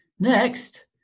Next